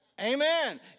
Amen